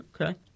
Okay